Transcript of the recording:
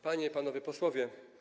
Panie i Panowie Posłowie!